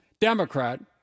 Democrat